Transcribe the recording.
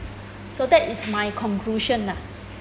so that is my conclusion lah